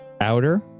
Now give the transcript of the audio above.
outer